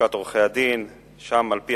אדוני